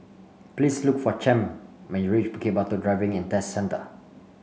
please look for Champ when you reach Bukit Batok Driving And Test Centre